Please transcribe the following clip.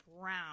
brown